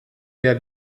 der